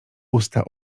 usta